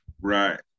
right